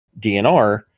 DNR